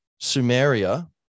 Sumeria